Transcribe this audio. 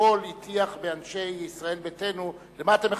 לפרוטוקול הטיח באנשי ישראל ביתנו: למה אתם מחכים,